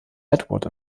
edward